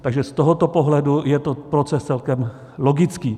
Takže z tohoto pohledu je to proces celkem logický.